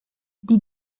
die